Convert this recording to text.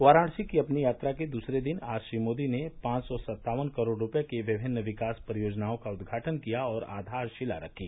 वाराणसी की अपनी यात्रा के दूसरे दिन आज श्री मोदी ने पांच सौ सत्तावन करोड़ रूपये की विभिन्न विकास परियोजनाओं का उद्घाटन किया और आधारशिला रखी